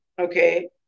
Okay